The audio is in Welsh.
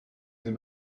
ddim